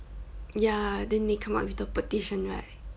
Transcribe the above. ya then they come up with the petition right